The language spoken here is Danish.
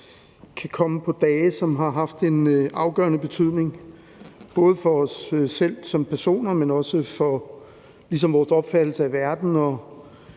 kan komme på dage, som har haft en afgørende betydning både for os selv som personer, men ligesom også for vores opfattelse af verden,